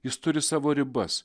jis turi savo ribas